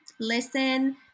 listen